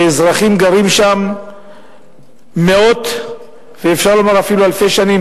שאזרחים גרים שם מאות ואפשר לומר אפילו אלפי שנים,